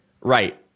Right